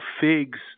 figs